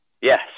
Yes